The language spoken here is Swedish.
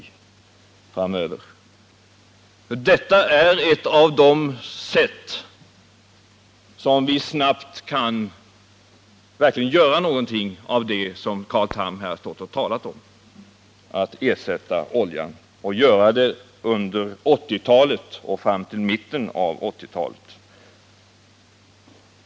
Ett utnyttjande av naturgas är ett av de sätt på vilket vi snabbt verkligen kan göra något av det som Carl Tham här har stått och talat om — ersätta olja och göra det fram till mitten av 1980-talet.